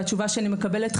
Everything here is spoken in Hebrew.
והתשובה שאני מקבלת,